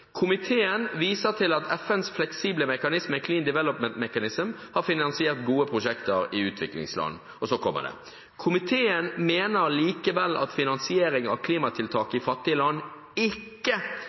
viser til at FNs fleksible mekanisme «Clean Development Mechanism» har finansiert gode prosjekter i utviklingsland.» Og så kommer det: «Komiteen mener likevel at finansiering av klimatiltak i fattige land ikke